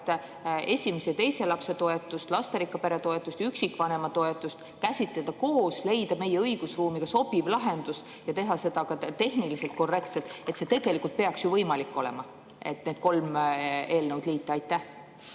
esimese ja teise lapse toetust, lasterikka pere toetust, üksikvanema toetust käsitleda koos, leida meie õigusruumiga sobiv lahendus ja teha seda ka tehniliselt korrektselt, peaks ju võimalik olema. Saaks need kolm eelnõu liita.